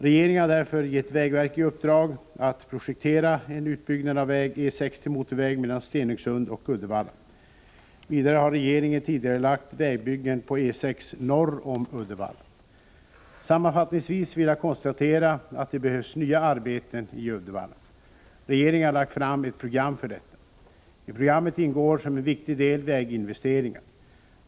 Regeringen har därför gett vägverket i uppdrag att projektera en utbyggnad av väg E 6 till motorväg mellan Stenungsund och Uddevalla. Vidare har regeringen tidigarelagt vägbyggen på E 6 norr om Uddevalla. Sammanfattningsvis vill jag konstatera att det behövs nya arbeten i Uddevalla. Regeringen har lagt fram ett program för detta. I programmet ingår som en viktig del väginvesteringar.